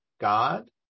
God